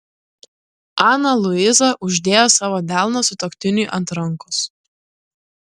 ana luiza uždėjo savo delną sutuoktiniui ant rankos